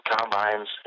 combines